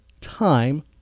time